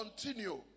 continue